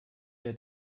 der